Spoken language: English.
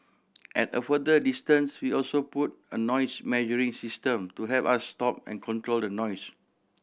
at a further distance we also put a noise measuring system to help us stop and control the noise